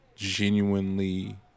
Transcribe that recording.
genuinely